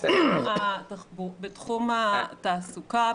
בתחום התעסוקה,